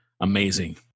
amazing